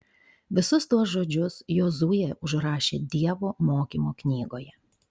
visus tuos žodžius jozuė užrašė dievo mokymo knygoje